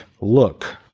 look